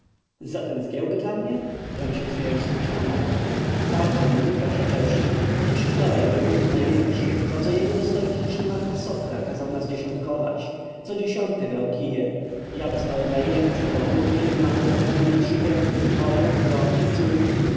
ten zgiełk dla mnie wtrącił śmiejąc się książę prawdę mówi wasza cześć otóż wczoraj był bunt największy za co jego dostojność nomarcha sofra kazał nas dziesiątkować co dziesiąty brał kije a ja dostałem najwięcej bom duży i mam do wykarmienia trzy gęby moją żony i córki